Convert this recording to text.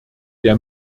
der